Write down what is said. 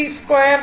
392